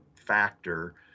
factor